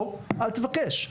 או אל תבקש.